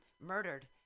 murdered